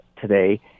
today